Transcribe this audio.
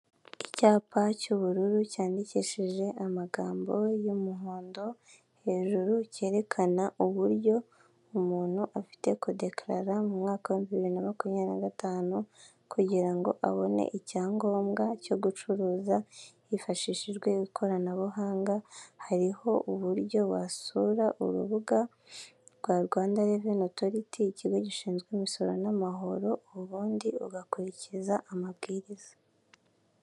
Icyapa cy'ubururu cyandikishije amagambo y'umuhondo, hejuru cyerekana uburyo umuntu afite kudekarara mu mwaka wa bibiri na makumyabiri na gatanu, kugirango abone icyangombwa cyo gucuruza hifashishijwe ikoranabuhanga, hariho uburyo wasura urubuga rwa Rwanda revenu otoriti ikigo gishinzwe imisoro n'amahoro, ubundi ugakurikiza amabwiriza.